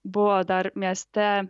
buvo dar mieste